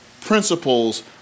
principles